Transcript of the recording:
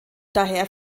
daher